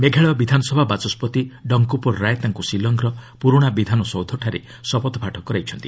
ମେଘାଳୟ ବିଧାନସଭାର ବାଚସ୍କତି ଡଙ୍କୁପର୍ ରାଏ ତାଙ୍କୁ ଶିଲଂର ପୁରୁଣା ବିଧାନସୌଧରେ ଶପଥପାଠ କରାଇଛନ୍ତି